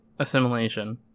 Assimilation